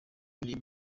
ibi